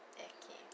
okay